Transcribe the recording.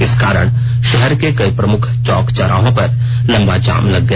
इस कारण शहर के कई प्रमुख चौक चौराहों पर लंबा जाम लग गया